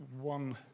one